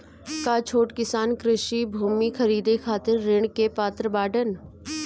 का छोट किसान कृषि भूमि खरीदे खातिर ऋण के पात्र बाडन?